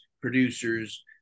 producers